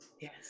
yes